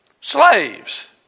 slaves